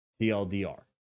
TLDR